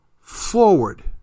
forward